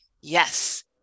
yes